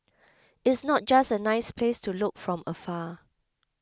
it's not just a nice place to look from afar